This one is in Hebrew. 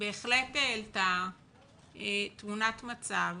בהחלט העלתה תמונת מצב